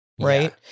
right